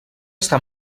està